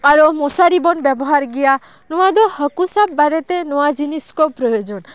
ᱟᱨᱚ ᱢᱚᱥᱟᱨᱤ ᱵᱚᱱ ᱵᱮᱵᱚᱦᱟᱨ ᱜᱮᱭᱟ ᱱᱚᱣᱟ ᱫᱚ ᱦᱟᱹᱠᱩ ᱥᱟᱵ ᱵᱟᱨᱮᱛᱮ ᱱᱚᱣᱟ ᱡᱤᱱᱤᱥ ᱠᱚ ᱯᱨᱳᱭᱡᱚᱱ